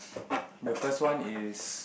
the first one is